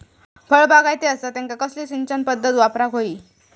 फळबागायती असता त्यांका कसली सिंचन पदधत वापराक होई?